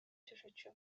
жашачу